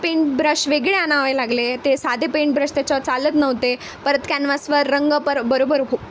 paint brush वेगळे आणावे लागले ते साधे पेंट ब्रश त्याच्यावर चालत नव्हते परत कॅनव्हासवर रंग पर बरोबर हो